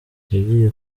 yagiye